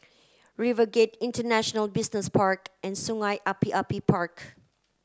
RiverGate International Business Park and Sungei Api Api Park